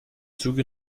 züge